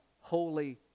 holy